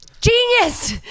genius